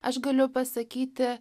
aš galiu pasakyti